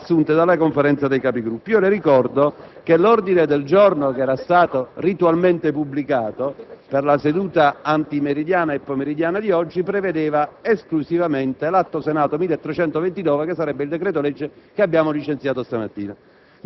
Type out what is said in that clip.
assunte dalla Conferenza dei Capigruppo». Le ricordo che l'ordine del giorno che era stato ritualmente pubblicato per le sedute antimeridiana e pomeridiana di oggi prevedeva esclusivamente l'Atto Senato n. 1329, ossia il decreto-legge che abbiamo licenziato questa mattina.